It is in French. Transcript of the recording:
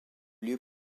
lieux